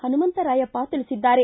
ಹನುಮಂತರಾಯಪ್ಪ ತಿಳಿಸಿದ್ದಾರೆ